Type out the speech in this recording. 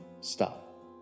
stop